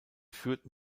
führten